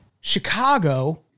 Chicago